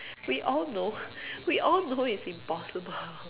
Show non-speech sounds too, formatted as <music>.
we all know <laughs> we all know it's impossible